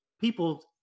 people